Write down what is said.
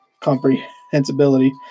comprehensibility